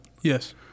Yes